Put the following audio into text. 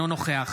אינו נוכח